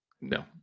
no